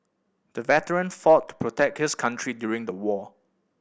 the veteran fought to protect his country during the war